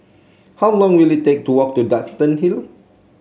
how long will it take to walk to Duxton Hill